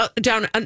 down